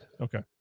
Okay